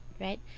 right